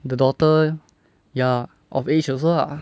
the daughter ya of age also lah